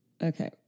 Okay